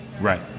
Right